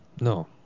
no